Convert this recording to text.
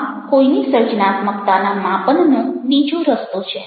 આ કોઈની સર્જનાત્મકતાના માપનનો બીજો રસ્તો છે